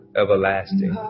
everlasting